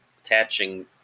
attaching